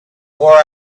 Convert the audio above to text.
where